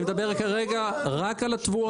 אני מדבר כרגע רק על התבואות.